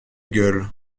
gueules